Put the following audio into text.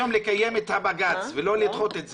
אם אנחנו היום רוצים לקיים את הבג"צ ולא לדחות את זה,